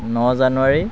ন জানুৱাৰী